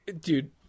Dude